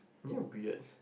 you're weird